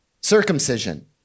Circumcision